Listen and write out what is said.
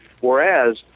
whereas